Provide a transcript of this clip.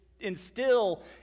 instill